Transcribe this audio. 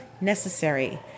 necessary